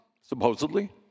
supposedly